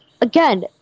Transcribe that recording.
Again